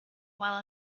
while